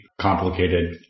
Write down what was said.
complicated